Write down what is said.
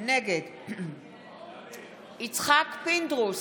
נגד יצחק פינדרוס,